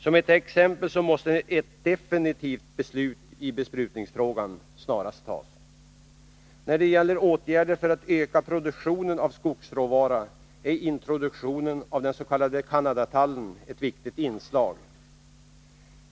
Man måste exempelvis snarast fatta ett definitivt beslut i besprutningsfrågan. När det gäller åtgärder för att öka produktionen av skogsråvara är introduktionen av den s.k. Canadatallen ett viktigt inslag.